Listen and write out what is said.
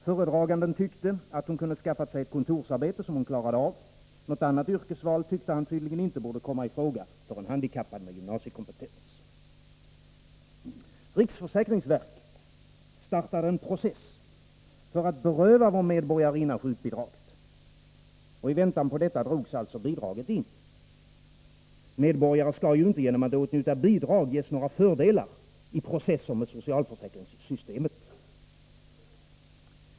Föredraganden tyckte att hon kunde ha skaffat sig ett kontorsarbete som hon klarade av. Något annat yrkesval tyckte han tydligen inte borde komma i fråga för en handikappad med gymnasiekompetens. Riksförsäkringsverket startade en process för att beröva vår medborgarinna sjukbidraget. I väntan på detta drogs alltså bidraget in. Medborgare skall ju inte genom att åtnjuta bidrag ges några fördelar i en process mot socialförsäkringssystemet.